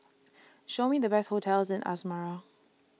Show Me The Best hotels in Asmara